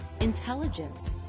intelligence